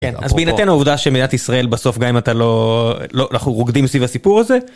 כן, אז בהינתן העובדה שמדינת ישראל בסוף גם אם אתה לא... אנחנו רוקדים סביב הסיפור הזה.